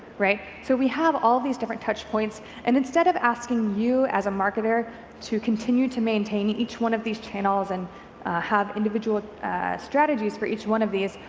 right? so we have all these different touch points and instead of asking you as a marketer to continue to maintain each one of these channels and have individual strategies for each one of these,